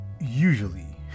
usually